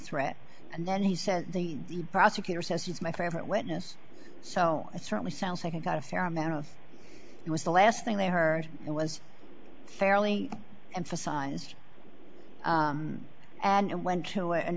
threat and then he says the prosecutor says he's my favorite witness so it certainly sounds like you got a fair amount of it was the last thing they heard it was fairly emphasized and went to an